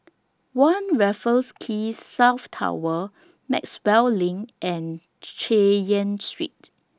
one Raffles Quay South Tower Maxwell LINK and Chay Yan Street